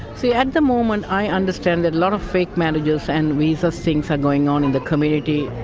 so at the moment i understand that a lot of fake marriages and visa things are going on in the community.